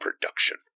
production